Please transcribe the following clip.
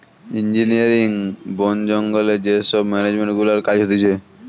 engineering, বোন জঙ্গলে যে সব মেনেজমেন্ট গুলার কাজ হতিছে